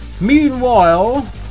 meanwhile